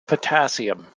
potassium